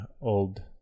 old